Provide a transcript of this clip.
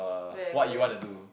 where are you going next